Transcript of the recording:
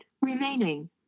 remaining